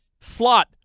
slot